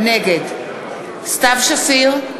נגד סתיו שפיר,